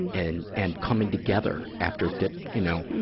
and and, and coming together after dip, you know,